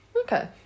Okay